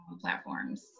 Platforms